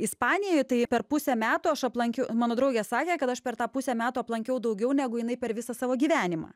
ispanijoj tai per pusę metų aš aplankiau mano draugė sakė kad aš per tą pusę metų aplankiau daugiau negu jinai per visą savo gyvenimą